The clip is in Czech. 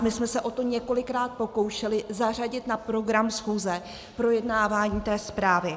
My jsme se několikrát pokoušeli zařadit na program schůze projednávání té zprávy.